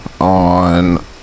On